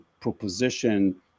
proposition